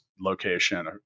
location